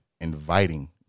inviting